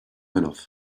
enough